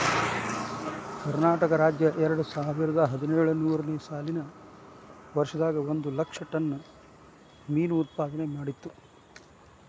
ಕರ್ನಾಟಕ ರಾಜ್ಯ ಎರಡುಸಾವಿರದ ಹದಿನೇಳು ನೇ ಸಾಲಿನ ವರ್ಷದಾಗ ಒಂದ್ ಲಕ್ಷ ಟನ್ ನಷ್ಟ ಮೇನು ಉತ್ಪಾದನೆ ಮಾಡಿತ್ತು